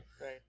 Right